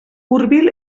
hurbil